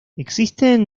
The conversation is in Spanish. existen